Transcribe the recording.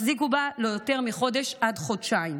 החזיקו בה לא יותר מחודש עד חודשיים.